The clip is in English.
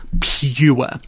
pure